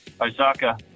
Osaka